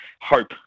hope